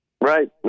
Right